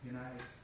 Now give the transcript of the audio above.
United